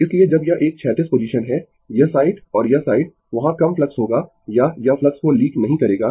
इसलिए जब यह एक क्षैतिज पोजीशन है यह साइड और यह साइड वहाँ कम फ्लक्स होगा या यह फ्लक्स को लीक नहीं करेगा